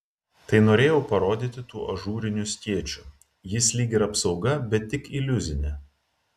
tai norėjau parodyti tuo ažūriniu skėčiu jis lyg ir apsauga bet tik iliuzinė